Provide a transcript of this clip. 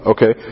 Okay